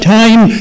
time